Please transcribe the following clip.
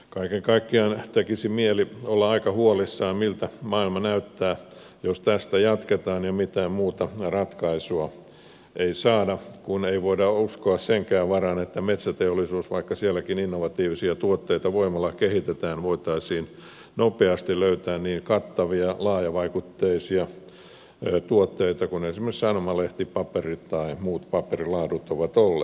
kaiken kaikkiaan tekisi mieli olla aika huolissaan siitä miltä maailma näyttää jos tästä jatketaan ja mitään muuta ratkaisua ei saada kun ei voida uskoa senkään varaan että metsäteollisuudesta vaikka sielläkin innovatiivisia tuotteita voimalla kehitetään voitaisiin nopeasti löytää niin kattavia laajavaikutteisia tuotteita kuin esimerkiksi sanomalehtipaperi tai muut paperilaadut ovat olleet